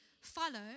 follow